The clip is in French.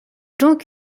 donc